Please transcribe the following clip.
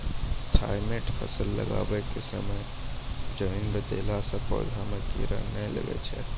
Thimet फ़सल लगाबै के समय जमीन मे देला से पौधा मे कीड़ा नैय लागै छै?